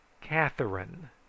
Catherine